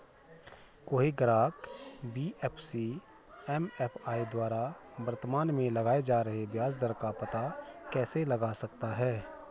कोई ग्राहक NBFC MFI द्वारा वर्तमान में लगाए जा रहे ब्याज दर का पता कैसे लगा सकता है?